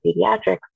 pediatrics